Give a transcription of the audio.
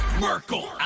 Merkel